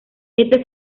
este